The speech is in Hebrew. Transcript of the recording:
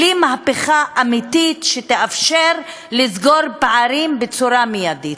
בלי מהפכה אמיתית שתאפשר לסגור פערים בצורה מיידית.